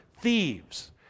thieves